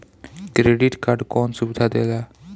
Credit card कौन सुबिधा देला?